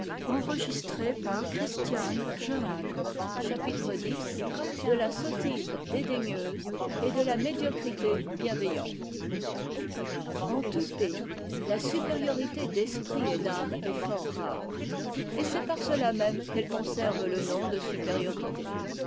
de la sottise dédaigneuse et de la médiocrité bienveillante en tout pays la supériorité d'esprit et d'orne est fort rare et c'est par cela même qu'elle conserve le nom de supériorité